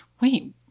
Wait